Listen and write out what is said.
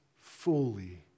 fully